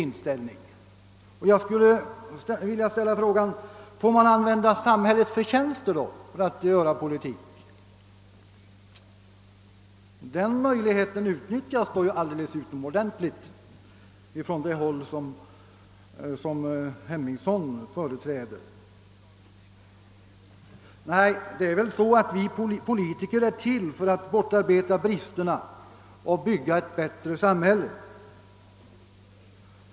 Jag skulle i stället vilja ställa frågan till honom: Får man använda samhällets förtjänster för att göra politik? Den möjligheten utnyttjas åtminstone alldeles utomordentligt väl från det håll som herr Henningsson företräder! Nej, det är väl så, att vi politiker är till för att bortarbeta bristerna och bygga upp ett bättre samhälle.